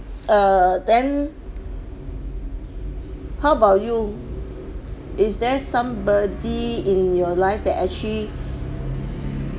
err then how about you is there somebody in your life that actually